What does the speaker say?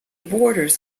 borders